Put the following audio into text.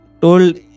told